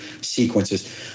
sequences